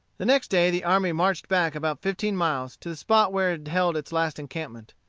the next day the army marched back about fifteen miles to the spot where it had held its last encampment.